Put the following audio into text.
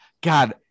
God